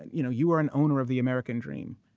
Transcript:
and you know you are an owner of the american dream.